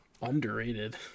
Underrated